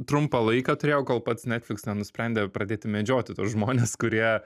trumpą laiką turėjau kol pats nefliks nenusprendė pradėti medžioti tuos žmones kurie